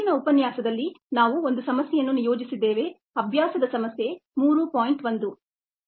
ಹಿಂದಿನ ಉಪನ್ಯಾಸದಲ್ಲಿ ನಾವು ಒಂದು ಸಮಸ್ಯೆಯನ್ನು ನಿಯೋಜಿಸಿದ್ದೇವೆ ಅಭ್ಯಾಸದ ಸಮಸ್ಯೆ 3